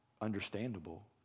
understandable